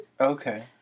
Okay